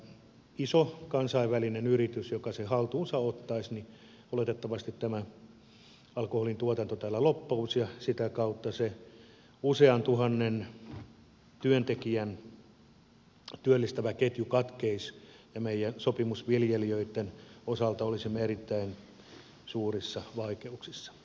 jos iso kansainvälinen yritys sen haltuunsa ottaisi oletettavasti alkoholin tuotanto täällä loppuisi ja sitä kautta se usean tuhannen työntekijän työllistävä ketju katkeaisi ja meidän sopimusviljelijöittemme osalta olisimme erittäin suurissa vaikeuksissa